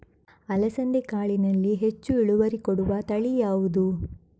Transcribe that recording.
ಅಲಸಂದೆ ಕಾಳಿನಲ್ಲಿ ಹೆಚ್ಚು ಇಳುವರಿ ಕೊಡುವ ತಳಿ ಯಾವುದು?